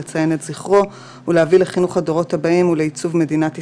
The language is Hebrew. לציין את זכרו ולהביא לחינוך הדורות הבאים ולעיצוב מדינת ישראל,